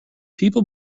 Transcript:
people